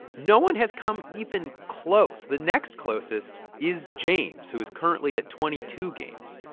no one has come even close. the next closest is james, who is currently at twenty two games.